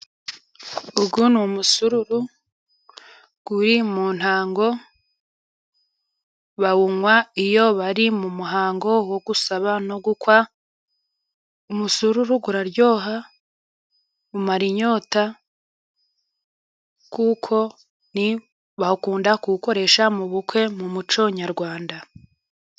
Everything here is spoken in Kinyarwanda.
Uyu ni umusururu uri mu ntango. Bawunywa iyo bari mu muhango wo gusaba no gukwa. Umusururu uraryoha, umara inyota, kuko bakunda kuwukoresha mu bukwe, mu muco nyarwanda.